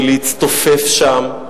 ולהצטופף שם.